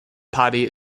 party